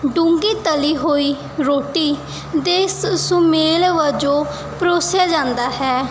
ਡੂੰਘੀ ਤਲੀ ਹੋਈ ਰੋਟੀ ਦੇ ਸ ਸੁਮੇਲ ਵਜੋਂ ਪਰੋਸਿਆ ਜਾਂਦਾ ਹੈ